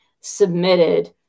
submitted